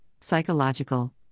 psychological